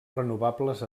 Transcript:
renovables